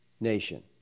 nation